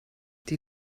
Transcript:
die